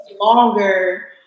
longer